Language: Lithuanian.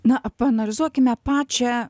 na paanalizuokime pačią